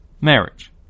marriage